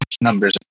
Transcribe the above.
numbers